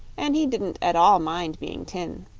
and he didn't at all mind being tin.